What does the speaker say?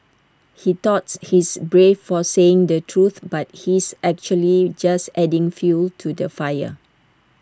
he thought he's brave for saying the truth but he's actually just adding fuel to the fire